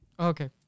Okay